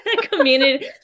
community